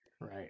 Right